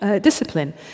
discipline